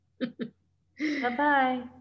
Bye-bye